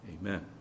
Amen